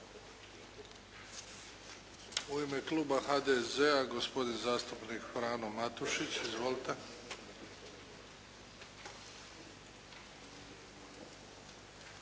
U ime kluba HDZ-a gospodin zastupnik Frano Matušić. Izvolite.